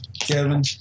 Kevin